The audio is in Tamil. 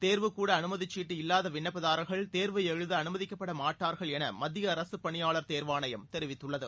தேர்வுக்கூட அனுமதிச் சீட்டு இல்லாத விண்ணப்பதாரர்கள் தேர்வு எழுத அனுமதிக்கப்பட மாட்டார்கள் என மத்திய அரசுப் பணியாளர் தேர்வாணையம் தெரிவித்துள்ளது